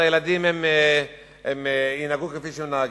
הילדים ינהגו כפי שהם נוהגים.